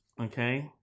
okay